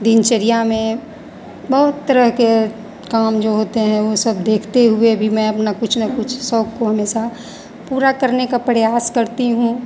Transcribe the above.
दिनचर्या में बहुत तरह के काम जो होते हैं वे सब देखते हुए भी मैं अपना कुछ ना कुछ शौक़ को हमेशा पूरा करने का प्रयास करती हूँ